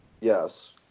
Yes